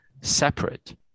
separate